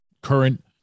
current